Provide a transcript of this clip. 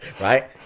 right